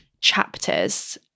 chapters